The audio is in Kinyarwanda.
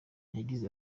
yagize